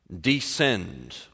descend